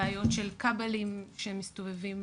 בעיות של כבלים שמסתובבים,